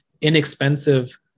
inexpensive